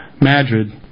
Madrid